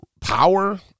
power